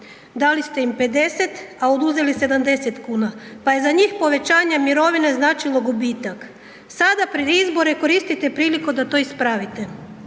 Dali ste im 50, a uduzeli 70,00 kn, pa je za njih povećanje mirovine značilo gubitak. Sada pred izbore koristite priliku da to ispravite.